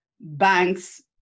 banks